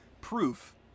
proof